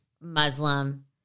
Muslim